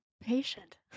patient